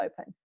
open